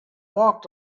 walked